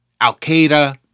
Al-Qaeda